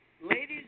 ladies